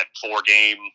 four-game